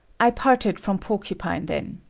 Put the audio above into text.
i parted from porcupine then.